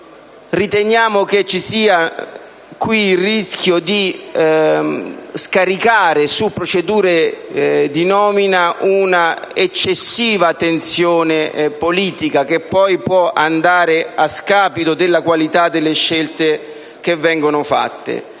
riteniamo che si possa correre il rischio di scaricare sulle procedure di nomina una eccessiva tensione politica, che potrebbe andare a scapito della qualità delle scelte che vengono fatte.